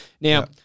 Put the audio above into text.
Now